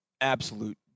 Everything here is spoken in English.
absolute